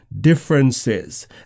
differences